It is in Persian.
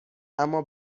اما